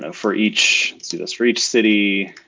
ah for each let's do this for each city.